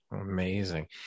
Amazing